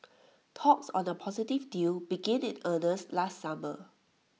talks on A possible deal began in earnest last summer